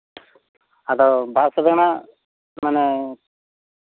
ᱟᱫᱚ ᱵᱟᱥ ᱨᱮᱱᱟᱜ ᱢᱟᱱᱮ